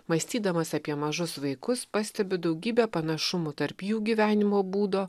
mąstydamas apie mažus vaikus pastebiu daugybę panašumų tarp jų gyvenimo būdo